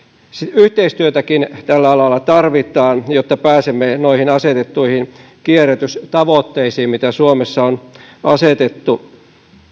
yhteistyötäkin tällä alalla tarvitaan jotta pääsemme noihin asetettuihin kierrätystavoitteisiin mitä suomessa on asetettu